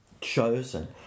chosen